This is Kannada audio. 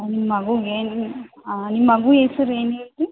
ನಿಮ್ಮ ಮಗೂಗೆ ನಿಮ್ಮ ಮಗು ಹೆಸ್ರ್ ಏನು ಹೇಳಿ